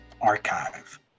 archive